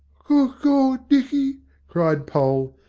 good gawd, dicky cried poll,